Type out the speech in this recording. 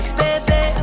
baby